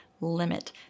limit